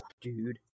Dude